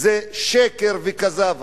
זה שקר וכזב.